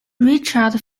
richard